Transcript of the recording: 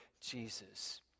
Jesus